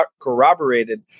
corroborated